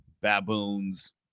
baboons